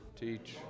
teach